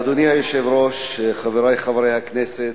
אדוני היושב-ראש, חברי חברי הכנסת,